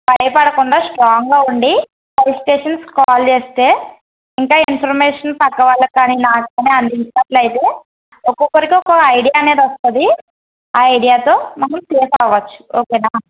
భయపడకుండా స్ట్రాంగ్గా ఉండి ఫైర్ స్టేషన్కి కాల్ చేస్తే ఇంకా ఇన్ఫర్మేషన్ పక్కవాళ్ళకి కానీ నాకు కాని అందించినట్లయితే ఒక్కొక్కరికి ఒక ఐడియా అనేది వస్తుంది ఆ ఐడియాతో మనం సేఫ అవచ్చు ఓకేనా